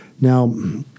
Now